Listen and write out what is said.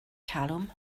talwm